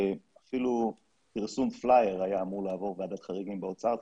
אפילו פרסום פלייר היה אמור לעבור ועדת חריגים באוצר.